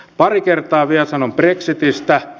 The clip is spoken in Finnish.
pari kertaa vielä sanon brexitistä